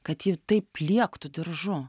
kad jį taip pliektų diržu